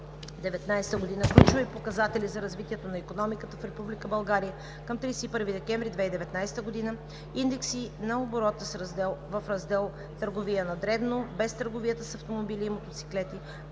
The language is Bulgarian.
2019 г., включва и показатели за развитието на икономиката в Република България към 31 декември 2019 г.; Индекси на оборот в раздел „Търговия на дребно“ без търговията с автомобили и мотоциклети